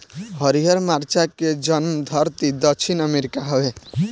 हरिहर मरचा के जनमधरती दक्षिण अमेरिका हवे